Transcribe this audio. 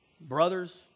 brothers